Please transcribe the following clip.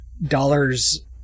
dollars